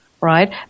right